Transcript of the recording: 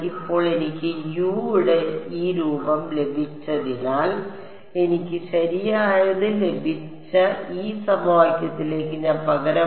ഇപ്പോൾ എനിക്ക് U യുടെ ഈ രൂപം ലഭിച്ചതിനാൽ എനിക്ക് ശരിയായത് ലഭിച്ച ഈ സമവാക്യത്തിലേക്ക് ഞാൻ പകരമായി